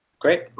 Great